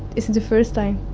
it's the first time